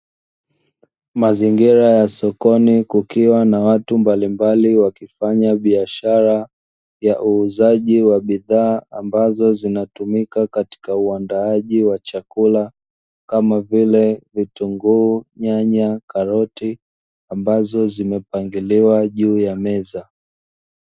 Mazingira ya sokoni kukiwa na watu mbalimbali wakifanya biashara ya uuzaji wa bidhaa ambazo zinatumika katika uandaaji wa chakula kama vile vitunguu, nyanya, karoti ambazo zimepangiliwa juu ya meza.